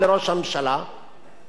עשה את דבריו ויותר.